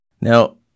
Now